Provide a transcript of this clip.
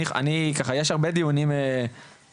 אני ככה יש הרבה דיונים משמעותיים,